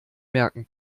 merken